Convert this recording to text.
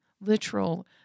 literal